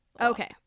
okay